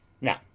Now